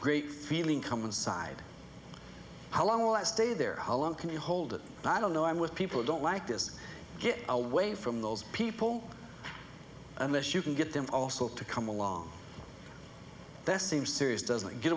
great feeling come inside how long will it stay there how long can you hold it i don't know i'm with people don't like this get away from those people unless you can get them also to come along that seems serious doesn't get